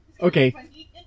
Okay